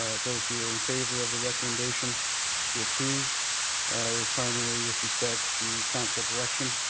those who are in favour of the recommendation to approve was primarily with respect to council direction